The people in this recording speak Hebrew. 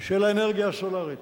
של האנרגיה הסולרית.